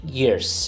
years